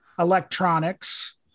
electronics